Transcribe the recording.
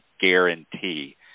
guarantee